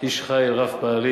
איש חיל רב-פעלים,